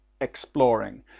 exploring